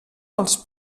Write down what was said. als